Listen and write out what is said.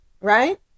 right